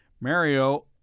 Mario